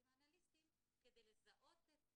עם האנליסטים כדי לזהות את הילד,